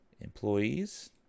employees